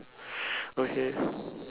okay